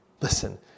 Listen